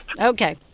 Okay